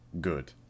Good